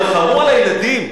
תרחמו על הילדים,